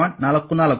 44 8